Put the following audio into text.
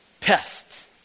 pests